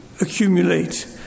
accumulate